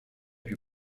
più